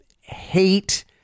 hate